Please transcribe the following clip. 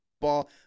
ball